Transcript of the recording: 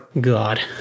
God